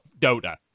Dota